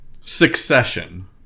Succession